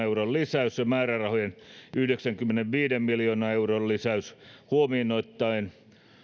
euron lisäys ja määrärahojen yhdeksänkymmenenviiden miljoonan euron lisäys huomioon ottaen